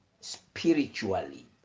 spiritually